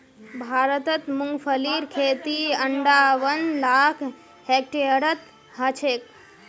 भारतत मूंगफलीर खेती अंठावन लाख हेक्टेयरत ह छेक